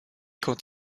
quand